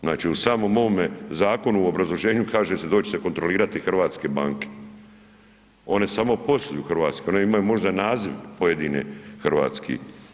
Znači u samom ovom zakonu u obrazloženju kaže se doće se kontrolirati hrvatske banke, one samo posluju u Hrvatskoj, one imaju možda naziv pojedine hrvatski.